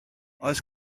oes